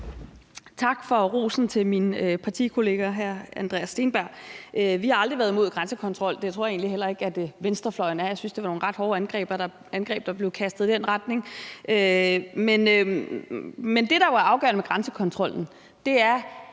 Tak for rosen af min partikollega Andreas Steenberg her. Vi har aldrig været imod grænsekontrol. Det tror jeg egentlig heller ikke at venstrefløjen er. Jeg synes, det var nogle ret hårde angreb, der blev kastet i den retning. Men det, der jo er afgørende ved grænsekontrollen, er: